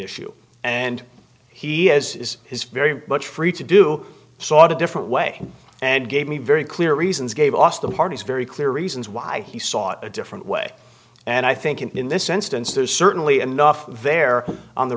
issue and he as his very much free to do so at a different way and gave me very clear reasons gave us the parties very clear reasons why he sought a different way and i think in this instance there's certainly enough there on the